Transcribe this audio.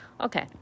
Okay